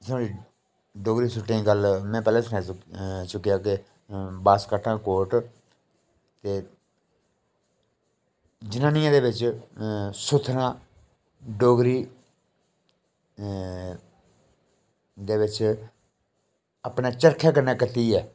साढ़े डोगरी सूटें दी गल्ल में पैह्लें सनाई चुक्केआ कि बासकटां कोट ते जनानियें दे बिच सुत्थनां डोगरी उं'दे बिच अपने चरखै कन्नै कत्तियै